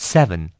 Seven